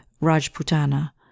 Rajputana